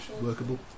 workable